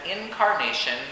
incarnation